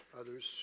others